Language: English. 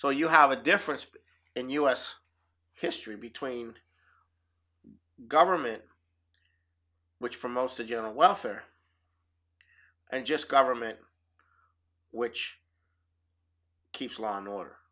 so you have a difference in u s history between government which for most the general welfare and just government which keeps law in order